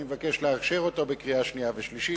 אני מבקש לאשר אותו בקריאה שנייה ובקריאה שלישית.